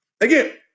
again